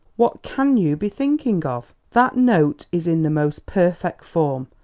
what can you be thinking of? that note is in the most perfect form.